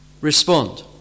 respond